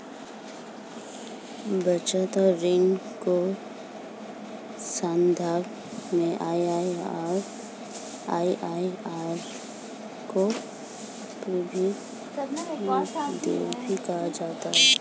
बचत और ऋण के सन्दर्भ में आई.आई.आर को प्रभावी ब्याज दर भी कहा जाता है